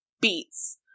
beats